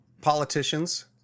politicians